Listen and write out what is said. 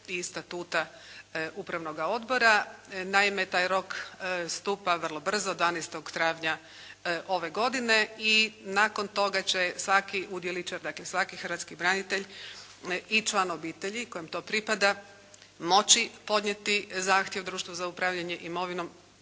i Statuta Upravnoga odbora. Naime, taj rok stupa vrlo brzo 12. travnja ove godine i nakon toga će svaki udjeličar, dakle svaki hrvatski branitelj i član obitelji kojem to pripada moći podnijeti zahtjev Društvu za upravljanje imovinom